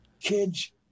Kids